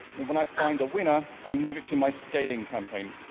and when i find a winner i move it to my scaling campaign.